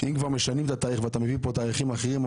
שאם כבר משנים את התאריך ואתה מביא תאריכים אחרים,